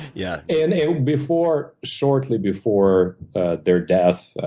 yeah and you know before shortly before their death,